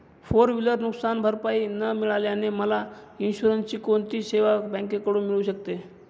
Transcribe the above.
Four wheeler नुकसानभरपाई न मिळाल्याने मला इन्शुरन्सची कोणती सेवा बँकेकडून मिळू शकते?